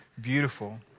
beautiful